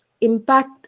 impact